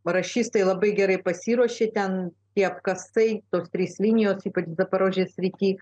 labai gerai pasiruošė ten tie apkasai tai tos trys linijos ypač sritį